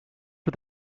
for